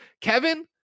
Kevin